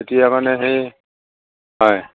এতিয়া মানে সেই হয়